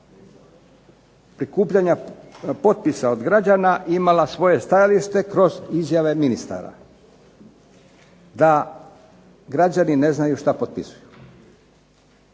prikupljanja potpisa od građana imala svoje stajalište kroz izjave ministara da građani ne znaju šta potpisuju.